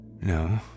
No